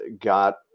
got